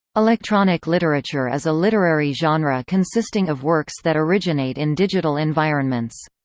electronic literature is a literary genre consisting of works that originate in digital environments.